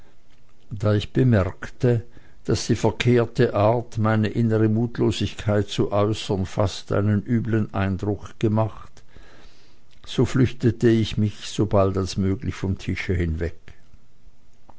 da ich bemerkte daß die verkehrte art meine innere mutlosigkeit zu äußern fast einen üblen eindruck gemacht so flüchtete ich mich sobald möglich vom tische hinweg